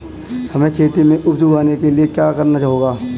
हमें खेत में उपज उगाने के लिये क्या करना होगा?